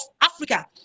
africa